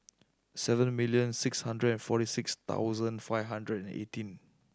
seven million six hundred and forty six thousand five hundred and eighteen